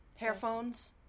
Hairphones